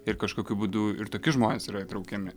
ir kažkokiu būdu ir toki žmonės yra įtraukiami